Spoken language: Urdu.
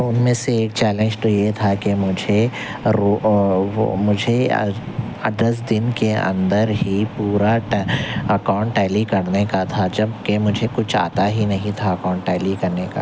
ان میں سے ایک چیلنج تو یہ تھا کہ مجھے مجھے ہر دس دن کے اندر ہی پورا اکاؤنٹ ٹیلی کرنے کا تھا جب کہ مجھے کچھ آتا ہی نہیں تھا اکاؤنٹ ٹیلی کرنے کا